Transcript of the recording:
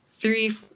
three